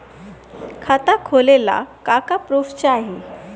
खाता खोलले का का प्रूफ चाही?